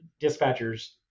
dispatchers